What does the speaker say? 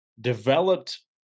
developed